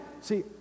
See